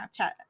Snapchat